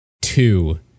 two